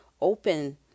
open